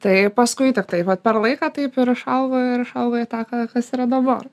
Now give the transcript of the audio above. tai paskui tiktai vat per laiką taip ir išaugo ir išaugo į ta ką kas yra dabar